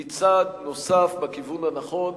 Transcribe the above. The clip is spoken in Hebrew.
היא צעד בכיוון הנכון.